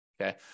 okay